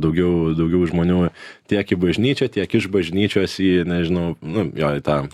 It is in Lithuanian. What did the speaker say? daugiau daugiau žmonių tiek į bažnyčią tiek iš bažnyčios į nežinau nu jo į tą